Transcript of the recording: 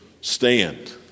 stand